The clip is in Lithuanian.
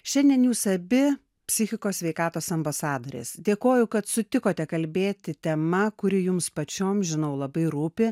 šiandien jūs abi psichikos sveikatos ambasadorės dėkoju kad sutikote kalbėti tema kuri jums pačioms žinau labai rūpi